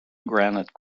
granite